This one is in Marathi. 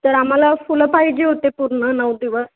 तर आम्हाला फुलं पाहिजे होते पूर्ण नऊ दिवस